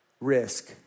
risk